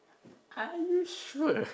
are you sure